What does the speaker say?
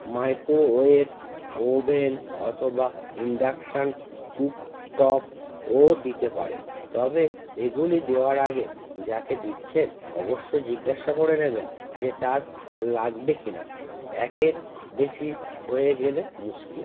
microwave oven অথবা induction cook টপও দিতে পারেন তবে এগুলি দেওয়ার আগে যাকে দিচ্ছেন অবশ্য জিজ্ঞাসা করে নেবেন যে তার লাগবে কিনা একের বেশি হয়ে গেলে মুশকিল